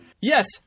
Yes